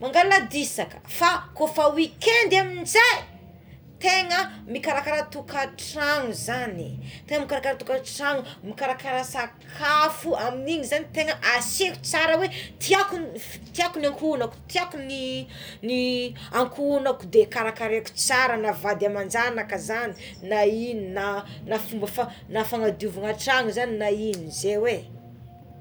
mangala disaka fa oefa weekend àminzay tegna mikarakara tokantrano zagny tegna makarakara tokatrano mikarakara sakafo amign'igny zagny tegna asa tsy mitsra oe tiako ny ankohonako tiako ny ny ankohonako de karakaraiko tsara na vady amanjanaka zagny na ignogna na fomba fa fanadiovana trano zagny na inona zay eo é.